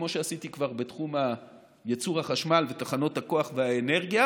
כמו שעשיתי כבר בתחום ייצור החשמל ותחנות הכוח והאנרגיה,